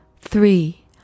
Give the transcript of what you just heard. three